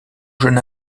jeune